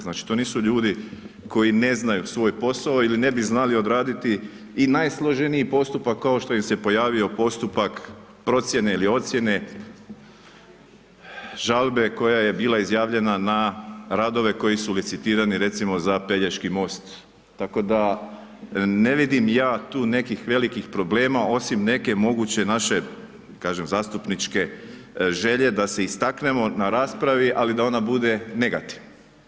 Znači to nisu ljudi koji ne znaju svoj posao ili ne bi znali odraditi i najsloženiji postupak, kao što im se pojavio postupak procjene ili ocjene žalbe koja je bila izjavljena na radove koji su licitirani recimo, za Pelješki most, tako da ne vidim ja to nekih velikih problema osim neke moguće naše zastupničke želje da se istaknemo, na raspravi, ali da ona bude negativna.